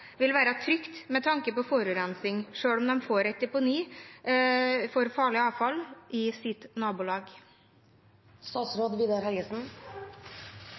vil være trygt med tanke på forurensning, selv om de får et deponi for farlig avfall i sitt